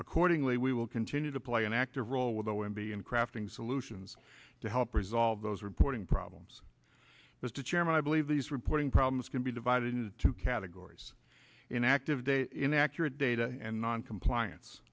accordingly we will continue to play an active role with the m b in crafting solutions to help resolve those reporting problems mr chairman i believe these reporting problems can be divided into two categories inactive inaccurate data and noncompliance